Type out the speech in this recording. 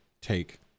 take